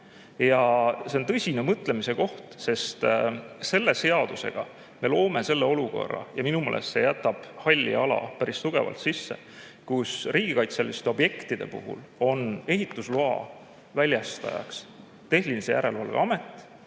See on tõsine mõtlemise koht, sest selle seadusega me loome selle olukorra ja minu meelest see jätab päris tugevalt halli ala siia sisse. Riigikaitseliste objektide puhul on ehitusloa väljastaja tehnilise järelevalve amet,